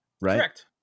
right